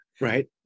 Right